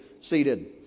seated